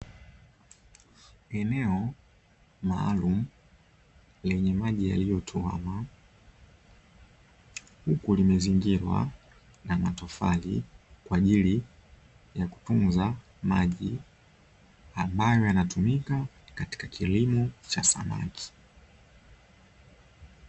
Eneo maalumu lenye maji yaliyotuama, huku limezingirwa na matofali kwa ajili ya kutunza maji ambayo yanatumika katika kilimo cha samaki.